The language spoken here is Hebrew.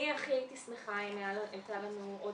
אני הכי הייתי שמחה אם הייתה לנו עוד